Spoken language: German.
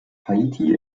haiti